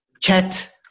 chat